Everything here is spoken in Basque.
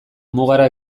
mugara